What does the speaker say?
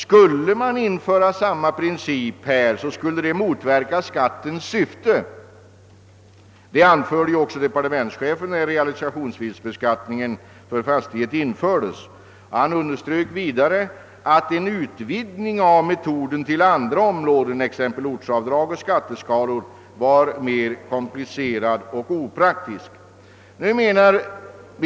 Skulle man införa samma princip här skulle det motverka skattens syfte. Detta anförde också departementschefen när realisationsvinstbeskattningen för fastighet infördes. Han underströk vidare att en utvidgning av metoden till andra områden, t.ex. ortsavdrag och skatteskalor, var mer komplicerad och opraktisk.